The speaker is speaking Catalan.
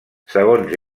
segons